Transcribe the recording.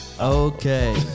Okay